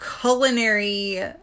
culinary